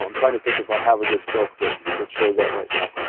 i'm trying to think if i have a good silk that that shows that right now.